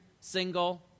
single